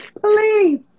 Please